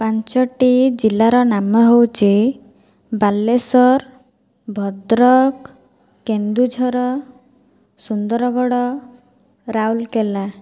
ପାଞ୍ଚଟି ଜିଲ୍ଲାର ନାମ ହେଉଛି ବାଲେଶ୍ଵର ଭଦ୍ରକ କେନ୍ଦୁଝର ସୁନ୍ଦରଗଡ଼ ରାଉଲକେଲା